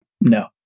No